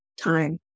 time